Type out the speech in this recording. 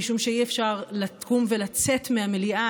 משום שאי-אפשר לקום ולצאת מהמליאה,